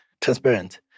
transparent